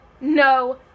No